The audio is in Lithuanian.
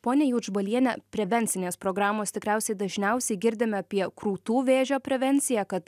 ponia juodžbaliene prevencinės programos tikriausiai dažniausiai girdime apie krūtų vėžio prevenciją kad